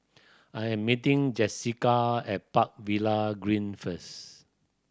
I am meeting Jessika at Park Villa Green first